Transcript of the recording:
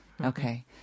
Okay